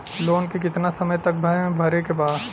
Loan के कितना समय तक मे भरे के बा?